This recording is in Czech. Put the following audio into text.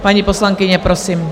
Paní poslankyně, prosím.